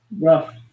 rough